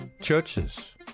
churches